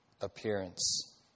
appearance